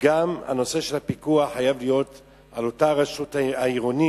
גם פיקוח חייב להיות באותה רשות עירונית,